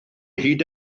hyd